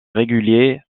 régulier